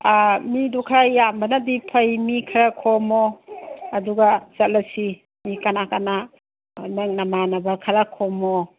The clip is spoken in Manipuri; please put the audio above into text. ꯃꯤꯗꯣ ꯈꯔ ꯌꯥꯝꯕꯅꯗꯤ ꯐꯩ ꯃꯤ ꯈꯔ ꯈꯣꯝꯃꯣ ꯑꯗꯨꯒ ꯆꯠꯂꯁꯤ ꯃꯤ ꯀꯅꯥ ꯀꯅꯥ ꯅꯪ ꯅꯃꯥꯟꯅꯕ ꯈꯔ ꯈꯣꯝꯃꯛꯑꯣ